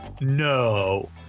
No